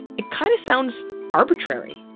it kind of sounds arbitrary.